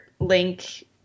Link